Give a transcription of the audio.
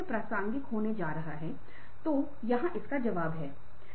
यदि आप दूसरों को प्रेरित नहीं कर सकते हैं तो उस स्थिति में लक्ष्य पूरा नहीं किया जा सकता है